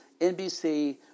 NBC